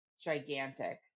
gigantic